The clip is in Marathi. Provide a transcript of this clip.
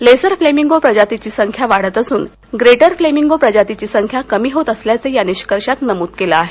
लेसर फ्लेमिंगो प्रजातीची संख्या वाढत असून प्रेटर फ्लेमिंगो प्रजातीची संख्या कमी होत असल्याचं या निष्कर्षात नमूद केलं आहे